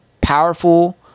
powerful